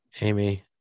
Amy